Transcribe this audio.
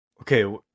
Okay